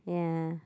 yeah